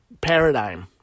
paradigm